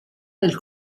del